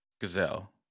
gazelle